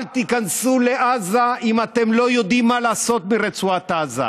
אל תיכנסו לעזה אם אתם לא יודעים מה לעשות ברצועת עזה.